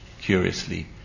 curiously